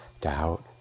doubt